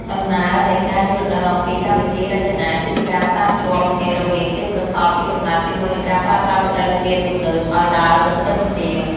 ដំណើរនៃការយល់ដឹងអំពីកម្មវិធីរចនាគឺជាការផ្សារភ្ជាប់គ្នារវាងទេពកោសល្យពីកំណើតជាមួយនឹងការប្រើប្រាស់បច្ចេកវិទ្យាទំនើបឱ្យដើរទន្ទឹមគ្នា។